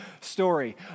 story